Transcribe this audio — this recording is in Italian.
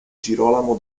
girolamo